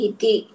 Iti